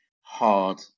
hard